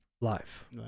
life